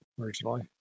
originally